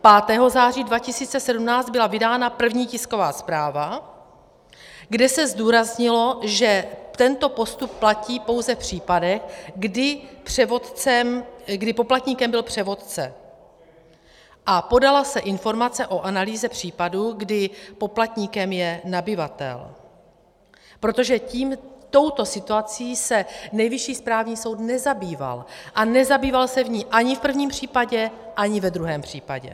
5. září 2017 byla vydána první tisková zpráva, kde se zdůraznilo, že tento postup platí pouze v případech, kdy poplatníkem byl převodce, a podala se informace o analýze případů, kdy poplatníkem je nabyvatel, protože touto situací se Nejvyšší správní soud nezabýval, a nezabýval se v ní ani v prvním případě, ani ve druhém případě.